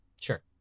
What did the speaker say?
Sure